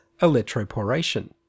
electroporation